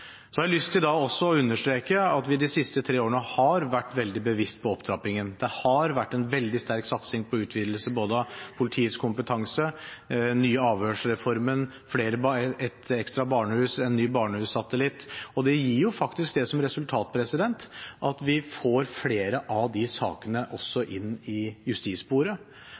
har også lyst til å understreke at vi de siste tre årene har vært veldig bevisste på opptrappingen. Det har vært en veldig sterk satsing på utvidelse av både politiets kompetanse, den nye avhørsreformen, et ekstra barnehus, en ny barnehussatellitt. Det gir det som resultat at vi får flere av de sakene også inn i justissporet.